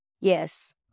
yes